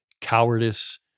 cowardice